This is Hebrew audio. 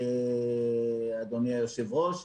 אדוני היושב-ראש,